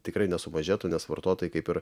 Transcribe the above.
tikrai nesumažėtų nes vartotojai kaip ir